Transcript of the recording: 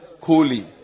coolly